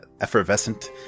effervescent